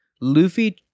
Luffy